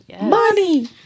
money